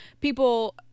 people